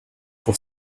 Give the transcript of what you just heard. pour